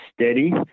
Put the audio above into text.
steady